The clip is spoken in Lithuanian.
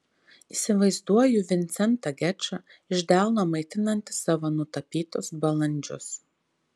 įsivaizduoju vincentą gečą iš delno maitinantį savo nutapytus balandžius